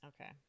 Okay